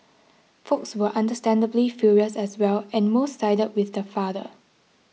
Folks were understandably furious as well and most sided with the father